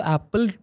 Apple